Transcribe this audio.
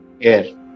Air